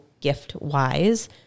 gift-wise